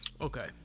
okay